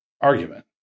argument